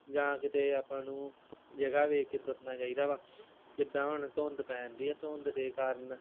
ਜਾਂ ਕਿਤੇ ਆਪਾਂ ਨੂੰ ਜਗ੍ਹਾ ਦੇਖ ਕੇ ਤੁਰਨਾ ਚਾਹੀਦਾ ਵਾ ਕਿੱਦਾਂ ਹੁਣ ਧੁੰਦ ਪੈਣਦੀ ਆ ਧੁੰਦ ਦੇ ਕਾਰਨ